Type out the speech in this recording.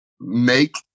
make